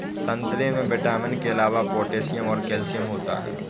संतरे में विटामिन के अलावा पोटैशियम और कैल्शियम होता है